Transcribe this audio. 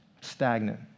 stagnant